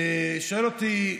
שואל אותי,